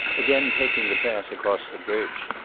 again taking the path across the bridge.